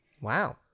Wow